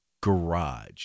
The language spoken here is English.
garage